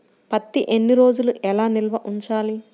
పత్తి ఎన్ని రోజులు ఎలా నిల్వ ఉంచాలి?